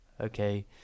okay